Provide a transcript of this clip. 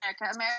America